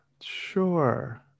sure